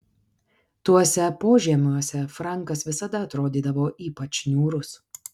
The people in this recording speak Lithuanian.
tuose požemiuose frankas visada atrodydavo ypač niūrus